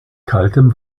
kaltem